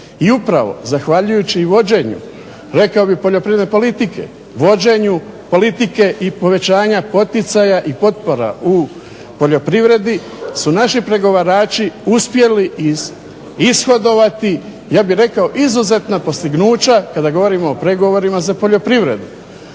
I upravo zahvaljujući vođenju rekao bih poljoprivredne politike vođenju politike i povećanja poticaja i potpora u poljoprivredi su naši pregovarači uspjeli iz ishodovati izuzetna postignuća kada govorimo o pregovorima za poljoprivredu.